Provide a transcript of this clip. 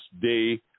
day